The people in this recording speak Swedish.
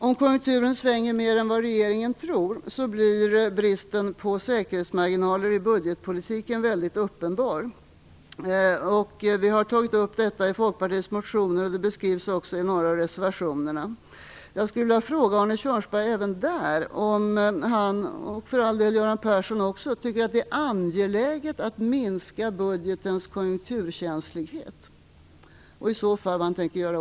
Om konjunkturen svänger mer än vad regeringen tror, blir bristen på säkerhetsmarginaler i budgetpolitiken väldigt uppenbar. Vi har tagit upp detta i Folkpartiets motioner. Det beskrivs också i några av reservationerna. Jag skulle vilja fråga Arne Kjörnsberg även där om han, och för all del även Göran Persson, tycker att det är angeläget att minska budgetens konjunkturkänslighet. Vad tänker man i så fall göra?